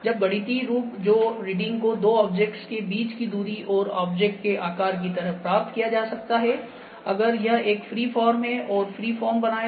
जब गणितीय रूप जो रीडिंग को दो ऑब्जेक्ट्स के बीच की दूरी और ऑब्जेक्ट के आकार की तरह प्राप्त किया जा सकता है अगर यह एक फ्री फॉर्म है और फ्री फॉर्म बनाएगा